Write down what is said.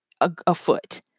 afoot